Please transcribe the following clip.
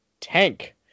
tank